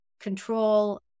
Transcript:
control